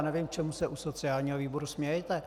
Nevím, čemu se u sociálního výboru smějete.